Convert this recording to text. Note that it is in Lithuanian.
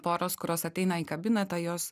poros kurios ateina į kabinetą jos